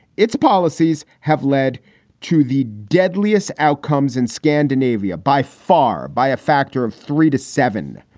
its policies have led to the deadliest outcomes in scandinavia by far by a factor of three to seven.